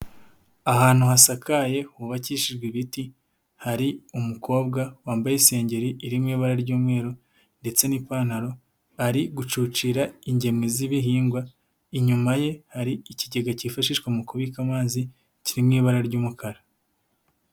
Ahantu hasakaye hubakishijwe ibiti hari umukobwa wambaye isengeri iri mu ibara ry'umweru ndetse n'ipantaro, ari gucucira ingemwe z'ibihingwa, inyuma ye hari ikigega cyifashishwa mu kubika amazi kiri mu ibara ry'umukara.